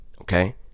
okay